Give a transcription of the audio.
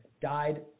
died